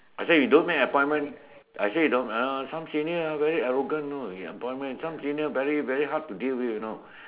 I say you don't make appointment I say you don't uh some senior very arrogant you know some senior very hard to deal with you know